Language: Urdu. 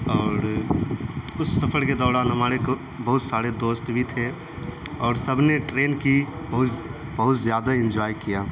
اور اس سفڑ کے دوران ہمارے کو بہت سارے دوست بھی تھے اور سب سے ٹرین کی بہت بہت زیادہ انجوائے کیا